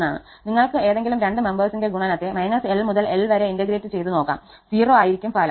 നിങ്ങൾക്ക് ഏതെങ്കിലും രണ്ടു മെമ്പേഴ്സിന്റെ ഗുണനത്തെ −𝑙 മുതൽ 𝑙 വരെ ഇന്റഗ്രേറ്റ് ചെയ്ത നോക്കാം 0 ആയിരിക്കും ഫലം